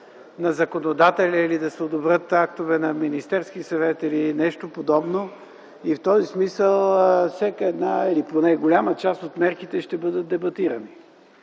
на законодателя или да се одобрят актове на Министерския съвет, или нещо подобно. В този смисъл всяка една или поне голяма част от мерките ще бъдат дебатирани.